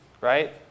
right